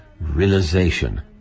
realization